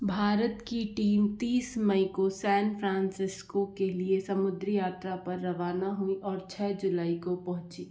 भारत की टीम तीस मई को सैन फ्रांसिस्को के लिए समुद्री यात्रा पर रवाना हुई और छ जुलाई को पहुंची